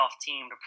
team